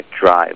drive